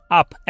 up